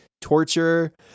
torture